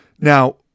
Now